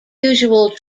usual